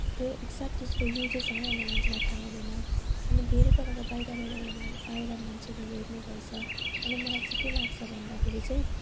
त्यो एक्जेक्ट त्यसको युजेस है हाम्रो मान्छेहरूलाई थाहा हुँदैन अनि धेरै प्रकारका बाहिर बाहिरबाटमा आएर मान्छेले हेर्ने गर्छ अनि मलाई चाहिँ के लाग्छ भन्दाखेरि चाहिँ